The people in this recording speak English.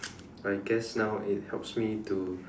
I guess now it helps me to